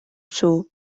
шүү